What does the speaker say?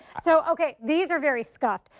so okay, these are very stuffed.